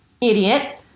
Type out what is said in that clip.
idiot